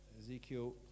Ezekiel